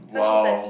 !wow!